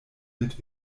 mit